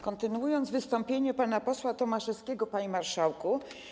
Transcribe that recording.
Kontynuuję wystąpienie pana posła Tomaszewskiego, panie marszałku.